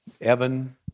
Evan